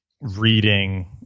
reading